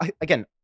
again